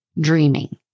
dreaming